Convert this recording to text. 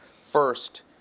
First